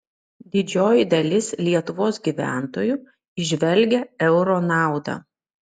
didžioji dalis lietuvos gyventojų įžvelgia euro naudą